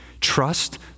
trust